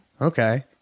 Okay